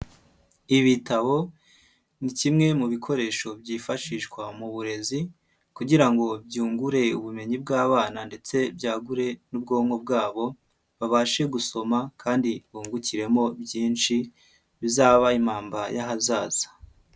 Ibitabo ni kimwe mu bikoresho byifashishwa mu burezi kugira ngo byungure ubumenyi bw'abana ndetse byagure n'ubwonko bwabo, babashe gusoma kandi bungukiremo byinshi bizaba impamba y'ahazaza.